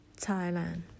Thailand